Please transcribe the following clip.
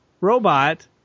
robot